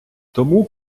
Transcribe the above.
тому